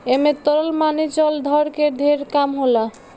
ऐमे तरल माने चल धन के ढेर काम होला